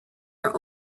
are